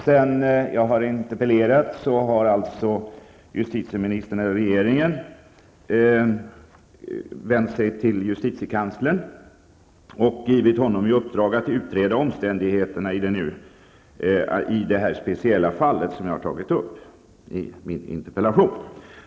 Sedan jag interpellerade har regeringen för det första vänt sig till justitiekanslern och givit honom i uppdrag att utreda omständigheterna i det speciella fall som jag har tagit upp i min interpellation.